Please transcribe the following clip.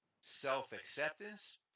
self-acceptance